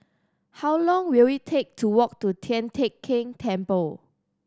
how long will it take to walk to Tian Teck Keng Temple